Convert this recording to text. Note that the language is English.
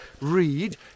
read